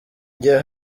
njye